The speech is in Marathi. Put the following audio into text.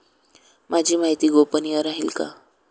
माझी माहिती गोपनीय राहील का?